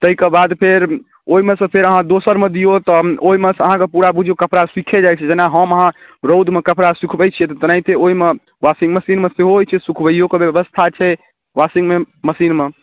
ताहि के बाद फेर ओहिमे सँ फेर अहाँ दोसर मे दियौ तब ओहिमे सँ अहाँके पूरा बूझियौ कपड़ा सूखा जाइ छै जेना हम अहाँ रौद मे कपड़ा सूखबै छियै तेनहेते ओहिमे वॉशिंग मशीन मे सेहो होइ छै सूखबयो के व्यवस्था छै वॉशिंगे मशीनमे